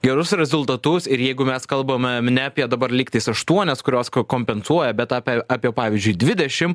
gerus rezultatus ir jeigu mes kalbame mne apie dabar lygtais aštuonias kurios ko kompensuoja bet apie apie pavyzdžiui dvidešimt